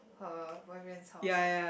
her boyfriend's house leh